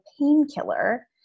painkiller